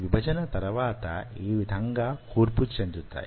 విభజన తరువాత ఈ విధంగా కూర్పు చెందుతాయి